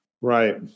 right